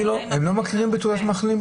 אבל הם לא מכירים בתעודת מחלים.